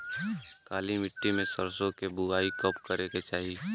काली मिट्टी में सरसों के बुआई कब करे के चाही?